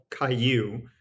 Caillou